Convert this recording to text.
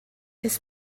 his